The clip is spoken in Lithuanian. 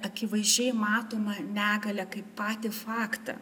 akivaizdžiai matomą negalią kaip patį faktą